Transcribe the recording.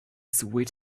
sweet